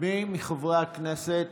מי מחברי הכנסת